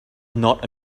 not